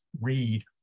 read